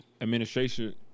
administration